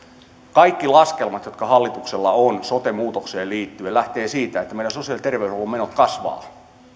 kaikki laskelmat jotka hallituksella on sote muutokseen liittyen lähtevät siitä että meidän sosiaali ja terveydenhuollon menot kasvavat